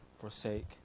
forsake